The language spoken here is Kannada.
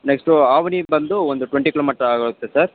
ನೆಕ್ಸ್ಟು ಆವನಿಗೆ ಬಂದು ಒಂದು ಟ್ವೆಂಟಿ ಕಿಲೋಮೀಟರ್ ಆಗುತ್ತೆ ಸರ್